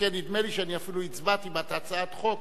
שכן נדמה לי שאני אפילו הצבעתי בעד הצעת חוק